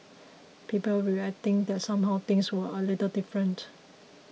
people were reacting that somehow things were a little different